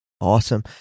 Awesome